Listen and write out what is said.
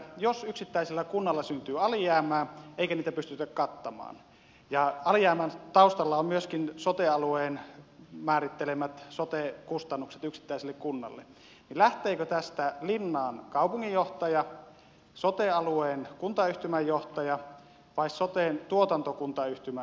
jos yksittäisellä kunnalla syntyy alijäämää eikä sitä pystytä kattamaan ja alijäämän taustalla on myöskin sote alueen määrittelemät sote kustannukset yksittäiselle kunnalle niin lähteekö tästä linnaan kaupunginjohtaja sote alueen kuntayhtymän johtaja vai soten tuotantokuntayhtymän johtaja